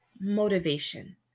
motivation